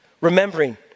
Remembering